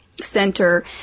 center